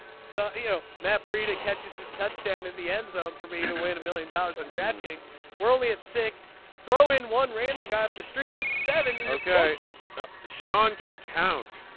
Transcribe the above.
so you know map brita catches his touchdown in the end zone for me to win a million dollars on draft kings we're only at six throw in one random guy off the street that's seven okay. sean can count.